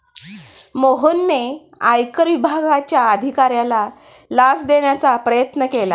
मोहनने आयकर विभागाच्या अधिकाऱ्याला लाच देण्याचा प्रयत्न केला